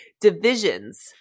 divisions